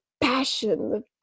passion